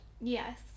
Yes